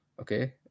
Okay